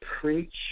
preach